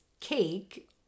cake